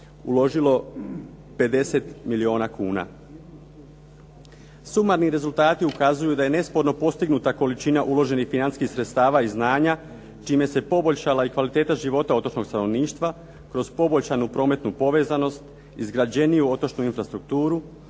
uložilo 50 milijuna kuna. Sumarni rezultati ukazuju da je nesporno postignuta količina uloženih financijskih sredstava i znanja čime se poboljšala i kvaliteta života otočnog stanovništva kroz poboljšanu prometnu povezanost, izgrađeniju otočnu infrastrukturu,